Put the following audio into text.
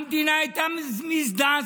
המדינה הייתה מזדעזעת.